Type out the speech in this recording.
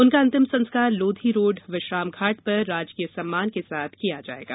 उनका अंतिम संस्कार लोधी रोड विश्रामघाट पर राजकीय सम्मान के साथ किया जाएगा